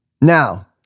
Now